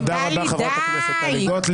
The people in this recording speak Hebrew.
תודה רבה, חברת הכנסת טלי גוטליב.